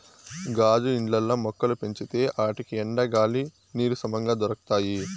గాజు ఇండ్లల్ల మొక్కలు పెంచితే ఆటికి ఎండ, గాలి, నీరు సమంగా దొరకతాయి